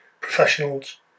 professionals